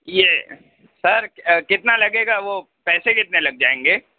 یہ سر کتنا لگے گا وہ پیسے کتنے لگ جائیں گے